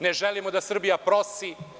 Ne želimo da Srbija prosi.